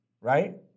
right